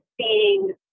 seeing